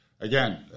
Again